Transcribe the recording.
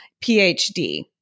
PhD